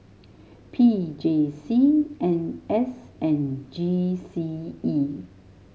P J C N S and G C E